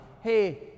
hey